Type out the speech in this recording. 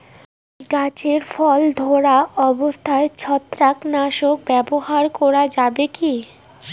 গাছে ফল ধরা অবস্থায় ছত্রাকনাশক ব্যবহার করা যাবে কী?